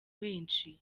benshi